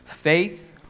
faith